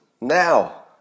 now